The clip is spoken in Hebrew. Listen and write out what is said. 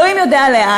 אלוהים יודע לאן.